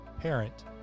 parent